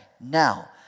Now